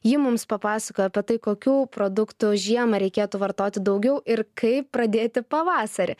ji mums papasakojo apie tai kokių produktų žiemą reikėtų vartoti daugiau ir kaip pradėti pavasarį